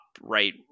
right